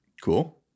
Cool